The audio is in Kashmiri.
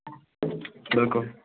بِلکُل